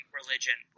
religion